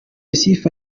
sifa